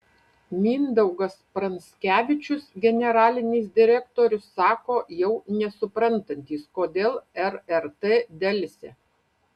mindaugas pranskevičius generalinis direktorius sako jau nesuprantantis kodėl rrt delsia